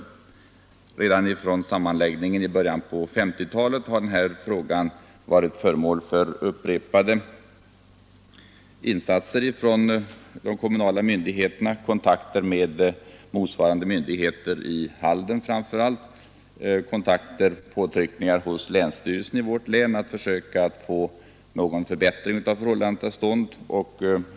Alltifrån sammanläggningen i början av 1950-talet har frågan varit föremål för upprepade insatser av de kommunala myndigheterna, framför allt kontakter med motsvarande myndigheter i Halden och påtryckningar hos länsstyrelsen i vårt län för att försöka få någon förbättring av förhållandena till stånd.